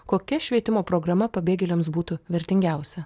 kokia švietimo programa pabėgėliams būtų vertingiausia